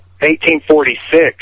1846